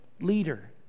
leader